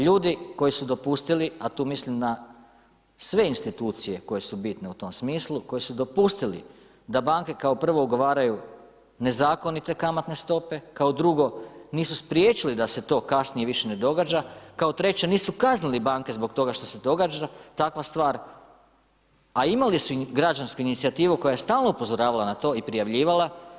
Ljudi koji su dopustili a tu mislim na sve institucije koje su bitne u tom smislu, koje su dopustili da banke kao prvo ugovaraju nezakonite kamatne stope, kao drugo, nisu spriječili da se to kasnije više ne događa, kao treće nisu kaznili banke zbog toga što se događa takva stvar a imali su građansku inicijativu koja je stalno upozoravala na to i prijavljivala.